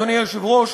אדוני היושב-ראש,